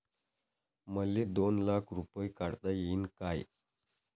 मले दोन लाख रूपे काढता येईन काय?